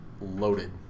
loaded